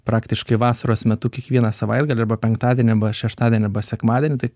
praktiškai vasaros metu kiekvieną savaitgalį arba penktadienį šeštadienį sekmadienį tai